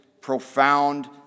profound